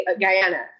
Guyana